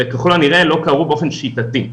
וככל הנראה לא קרו באופן שיטתי.